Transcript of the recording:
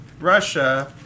Russia